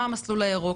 מה המסלול הירוק.